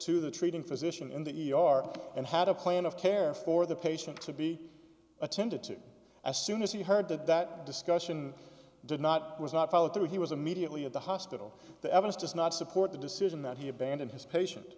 to the treating physician in the e r and had a plan of care for the patient to be attended to as soon as he heard that that discussion did not was not followed through he was immediately at the hospital the evidence does not support the decision that he abandoned his patient